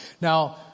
Now